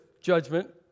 judgment